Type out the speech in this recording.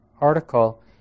article